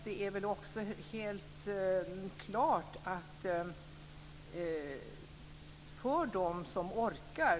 Det här gäller helt klart för dem som orkar.